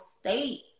state